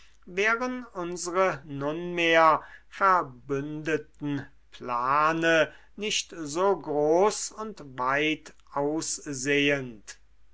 wären unsre nunmehr verbündeten plane nicht so groß und weitaussehend